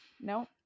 No